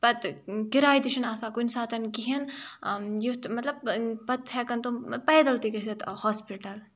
پَتہٕ کِراے تہِ چھُنہٕ آسان کُنہِ ساتَن کِہیٖنۍ یُتھ مطلب پَتہٕ ہیٚکَن تِم پیدَل تہِ گٔژھِتھ ہاسپِٹَل